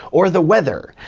or the weather,